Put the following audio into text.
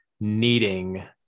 needing